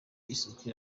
isuku